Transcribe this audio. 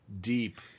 deep